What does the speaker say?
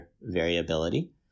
variability